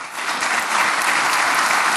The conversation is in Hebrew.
הברית מייק פנס.